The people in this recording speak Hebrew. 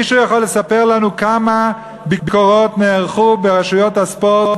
מישהו יכול לספר לנו כמה ביקורות נערכו ברשויות הספורט